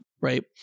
right